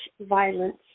violence